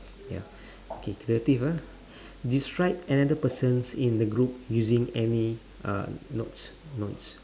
ya okay creative ah describe another person in the group using any nouns nouns